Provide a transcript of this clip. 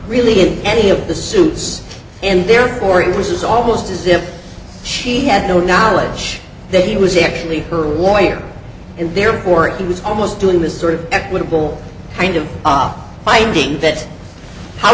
really in any of the suits and therefore it was almost as if she no knowledge that he was actually her lawyer and therefore it was almost doing this sort of equitable kind of light being that how